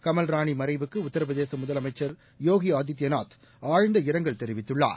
கமல் ராணிமறைவுக்கு உத்தரபிரதேசமுதலமைச்சர்யோகிஆதித்யநாத்ஆழ்ந்த இரங்கல்தெரிவித்துள்ளார்